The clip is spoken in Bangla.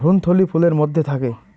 ভ্রূণথলি ফুলের মধ্যে থাকে